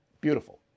beautiful